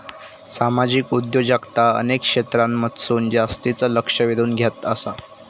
सामाजिक उद्योजकता अनेक क्षेत्रांमधसून जास्तीचा लक्ष वेधून घेत आसा